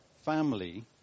family